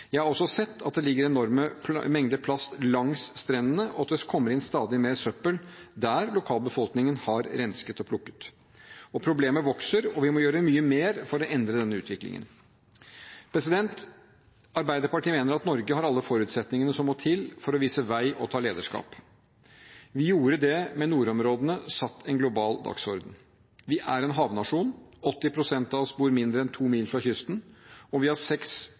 Jeg har også sett at det ligger enorme mengder plast langs strendene, og at det kommer inn stadig mer søppel der lokalbefolkningen har rensket og plukket. Problemet vokser, og vi må gjøre mye mer for å endre denne utviklingen. Arbeiderpartiet mener at Norge har alle forutsetninger som må til for å vise vei og ta lederskap. Vi gjorde det med nordområdene, der vi satte en global dagsorden. Vi er en havnasjon: 80 pst. av oss bor mindre enn to mil fra kysten, og vi har seks